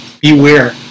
beware